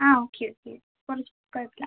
ആ okay okay കൊ കുഴപ്പമില്ല